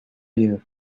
you